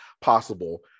possible